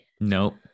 Nope